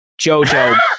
Jojo